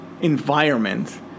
environment